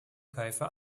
käufer